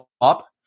up